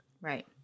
right